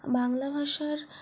বাংলা ভাষার